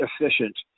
efficient